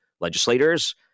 legislators